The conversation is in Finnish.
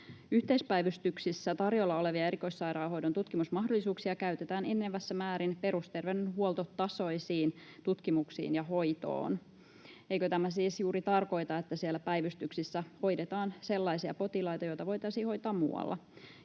Yhteispäivystyksissä tarjolla olevia erikoissairaanhoidon tutkimusmahdollisuuksia käytetään enenevässä määrin perusterveydenhuoltotasoiseen tutkimukseen ja hoitoon. Eikö tämä siis juuri tarkoita, että siellä päivystyksissä hoidetaan sellaisia potilaita, joita voitaisiin hoitaa muualla?